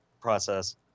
process